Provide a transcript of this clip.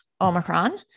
Omicron